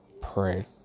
pray